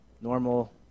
normal